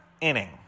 inning